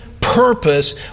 purpose